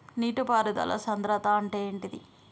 నీటి పారుదల సంద్రతా అంటే ఏంటిది?